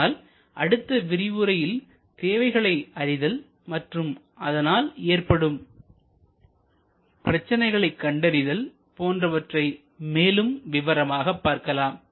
ஆனால் அடுத்த விரிவுரையில் தேவைகளை அறிதல் மற்றும் அதனால் ஏற்படும்பிரச்சனைகளை கண்டறிதல் போன்றவற்றை மேலும் விவரமாக பார்க்கலாம்